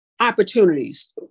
opportunities